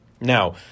Now